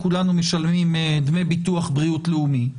כולנו משלמים דמי ביטוח בריאות לאומי.